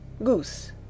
Goose